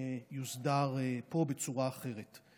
יוסדר פה בצורה אחרת.